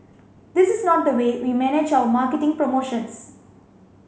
this is not the way we manage our marketing promotions